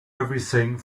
everything